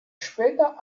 später